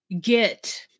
get